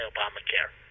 Obamacare